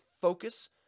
focus